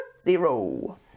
Zero